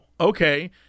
okay